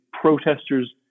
protesters